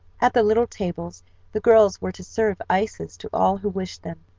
at the little tables the girls were to serve ices to all who wished them.